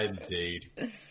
Indeed